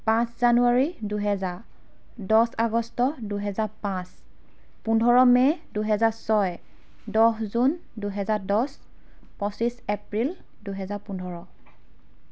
পাঁচ জানুৱাৰী দুহেজাৰ দহ আগষ্ট দুহেজাৰ পাঁচ পোন্ধৰ মে' দুহেজাৰ ছয় দহ জুন দুহেজাৰ দহ পঁচিছ এপ্ৰিল দুহেজাৰ পোন্ধৰ